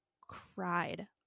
cried